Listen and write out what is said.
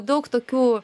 daug tokių